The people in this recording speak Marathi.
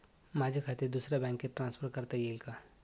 माझे खाते दुसऱ्या बँकेत ट्रान्सफर करता येईल का?